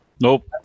Nope